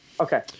Okay